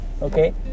okay